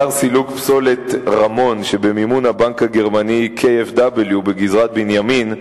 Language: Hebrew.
אתר סילוק פסולת רמון שבמימון הבנק הגרמני KfW בגזרת בנימין,